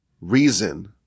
reason